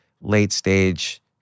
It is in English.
late-stage